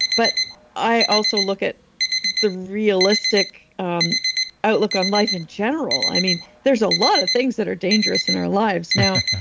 but i also look at the realistic um outlook on life in general. i mean, there's a lot of things that are dangerous in our lives. now,